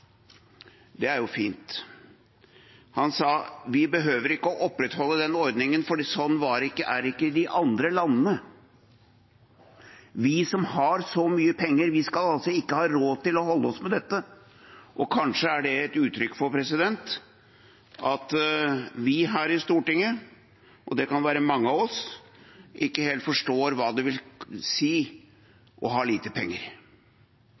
Det er jo fint. Han sa at vi behøver ikke å opprettholde den ordningen, for sånn er det ikke i de andre landene. Vi som har så mye penger, vi skal altså ikke ha råd til å holde oss med dette. Kanskje er det et uttrykk for at vi her i Stortinget – og det kan være mange av oss – ikke helt forstår hva det vil si å ha lite penger,